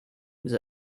with